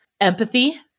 empathy